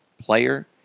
player